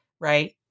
Right